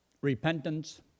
repentance